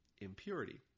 impurity